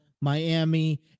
Miami